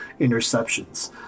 interceptions